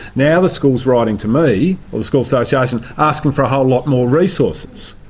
now the school's writing to me or the school association asking for a whole lot more resources.